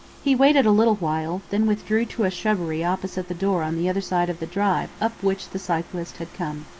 he waited a little while, then withdrew to a shrubbery opposite the door on the other side of the drive up which the cyclist had come.